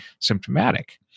symptomatic